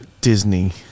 Disney